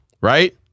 right